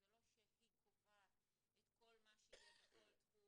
זה במועצה כשלעצמה שיש לה הרבה תחומים,